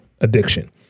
addiction